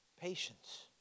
patience